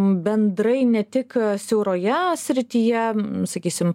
bendrai ne tik siauroje srityje sakysim